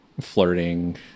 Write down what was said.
flirting